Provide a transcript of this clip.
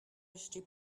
acheter